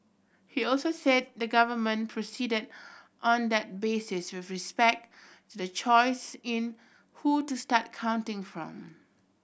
he also said the government proceeded on that basis with respect the choice in who to start counting from